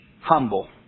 humble